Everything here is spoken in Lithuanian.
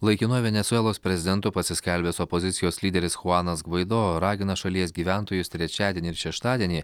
laikinuoju venesuelos prezidentu pasiskelbęs opozicijos lyderis chuanas gvaido ragina šalies gyventojus trečiadienį ir šeštadienį